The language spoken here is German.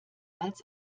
als